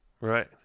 Right